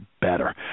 better